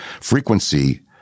frequency